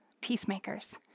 peacemakers